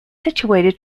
situated